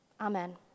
Amen